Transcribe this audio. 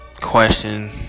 question